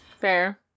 Fair